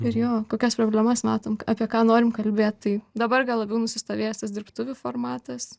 ir jo kokias problemas matom apie ką norim kalbėt tai dabar gal labiau nusistovėjęs tas dirbtuvių formatas